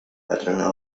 patrona